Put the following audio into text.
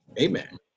Amen